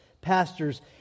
pastors